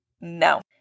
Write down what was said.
No